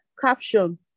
Caption